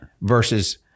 Versus